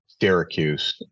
Syracuse